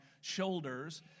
shoulders